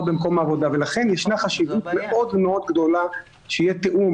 במקום העבודה ולכן ישנה חשיבות מאוד מאוד גדולה שיהיה תאום